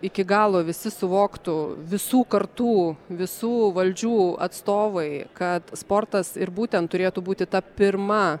iki galo visi suvoktų visų kartų visų valdžių atstovai kad sportas ir būtent turėtų būti ta pirma